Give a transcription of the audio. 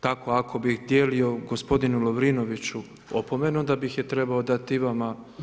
Tako ako bi htjeli o gospodinu Lovrinoviću opomenu, onda bih je trebao dati i vama.